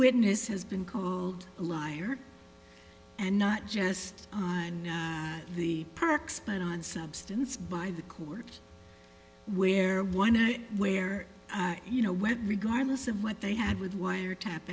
witness has been called a liar and not just on the parks but on substance by the court where one where you know when regardless of what they had with wiretap